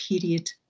period